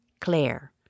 Claire